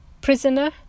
prisoner